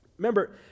Remember